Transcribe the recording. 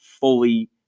fully